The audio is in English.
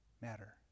matter